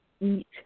eat